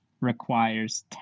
requires